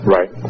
Right